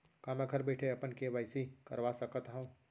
का मैं घर बइठे अपन के.वाई.सी करवा सकत हव?